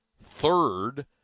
third